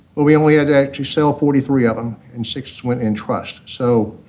but we only had to actually sell forty three of them, and six went in trust, so,